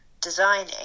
designing